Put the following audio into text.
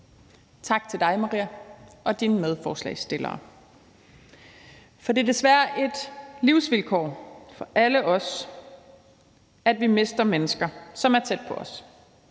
til dig, Maria, og dine medstillere. Det er desværre et livsvilkår for alle os, at vi mister mennesker, som er tæt på os.